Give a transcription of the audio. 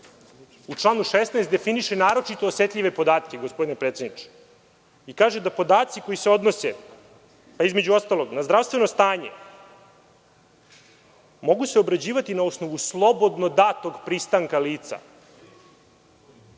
u članu 16. definiše naročito osetljive podatke, gospodine predsedniče, i kaže da podaci koji se odnose, između ostalog, na zdravstveno stanje mogu se obrađivati na osnovu slobodno datog pristanka lica.U